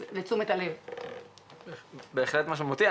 זה בהחלט משמעותי.